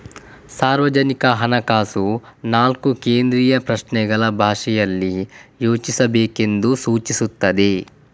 ಸಾರ್ವಜನಿಕ ಹಣಕಾಸು ನಾಲ್ಕು ಕೇಂದ್ರೀಯ ಪ್ರಶ್ನೆಗಳ ಪರಿಭಾಷೆಯಲ್ಲಿ ಯೋಚಿಸಬೇಕೆಂದು ಸೂಚಿಸುತ್ತದೆ